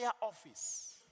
office